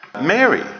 Mary